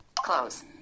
Close